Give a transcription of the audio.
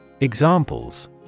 Examples